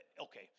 Okay